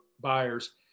buyers